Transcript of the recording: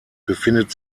befindet